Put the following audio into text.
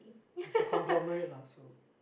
it's a conglomerate lah so